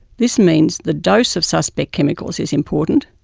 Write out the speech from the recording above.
this means the dose of suspect chemicals is important,